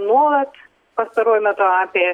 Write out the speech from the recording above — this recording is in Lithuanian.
nuolat pastaruoju metu apie